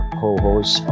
co-host